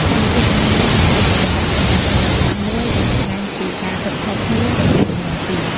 កម្មវិធីបង្ហាញម៉ូដបានក្លាយជាកញ្ចក់ឆ្លុះបញ្ចាំងដ៏ច្បាស់មួយ ដែលបង្ហាញពីការគិតខុសគ្នារវាងជំនាន់ពីរ។